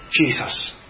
Jesus